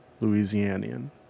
Louisianian